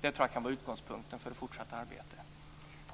Det tror jag kan vara utgångspunkten för det fortsatta arbetet.